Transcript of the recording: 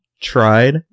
tried